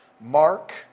Mark